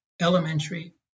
Elementary